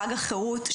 חג החרות,